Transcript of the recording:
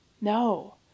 no